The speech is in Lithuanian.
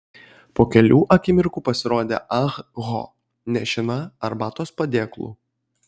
po kelių akimirkų pasirodė ah ho nešina arbatos padėklu